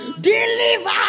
DELIVER